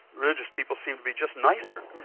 religious people seem to be just nicer.